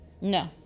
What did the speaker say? No